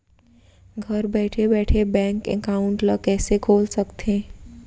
घर बइठे बइठे बैंक एकाउंट ल कइसे खोल सकथे?